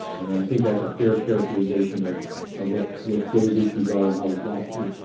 and i think that's a fair characterization of of what what those issues are and how we got here.